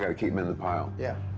gotta keep him in the pile. yeah.